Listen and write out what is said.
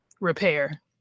repair